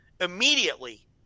immediately